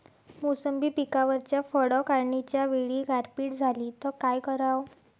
मोसंबी पिकावरच्या फळं काढनीच्या वेळी गारपीट झाली त काय कराव?